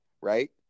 Right